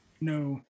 No